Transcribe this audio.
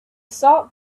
salt